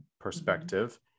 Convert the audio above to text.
perspective